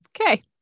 Okay